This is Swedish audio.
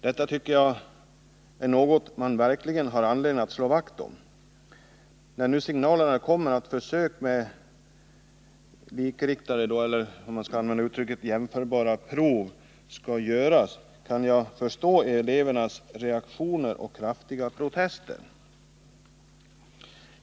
Detta är någonting som vi verkligen har anledning att slå vakt om. När nu signaler kommer om att försök med likriktade, eller jämförbara, prov skall göras kan jag förstå elevernas reaktioner och kraftiga protester.